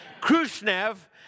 Khrushchev